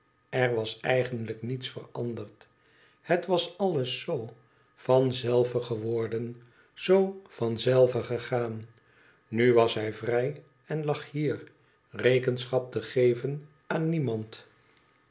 er was eigenlijk niets veranderd het was alles zoo van zelve geworden zoo van zelve gegaan nu was hij vrij en lag hier rekenschap te geven aan niemand